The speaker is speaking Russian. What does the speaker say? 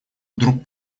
вдруг